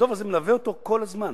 והדוב הזה מלווה אותו כל הזמן.